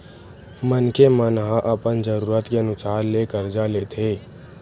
मनखे मन ह अपन जरूरत के अनुसार ले करजा लेथे